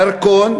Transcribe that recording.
דרכון,